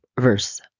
verse